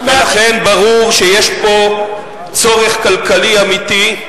לכן ברור שיש פה צורך כלכלי אמיתי.